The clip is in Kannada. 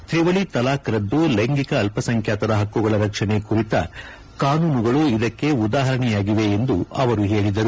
ತ್ರಿವಳಿ ತಲಾಖ್ ರದ್ದು ಲೈಂಗಿಕ ಅಲ್ಪಸಂಖ್ಯಾತರ ಹಕ್ಕುಗಳ ರಕ್ಷಣೆ ಕುರಿತ ಕಾನೂನುಗಳು ಇದಕ್ಕೆ ಉದಾಹರಣೆಯಾಗಿವೆ ಎಂದು ಅವರು ಹೇಳಿದರು